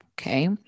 Okay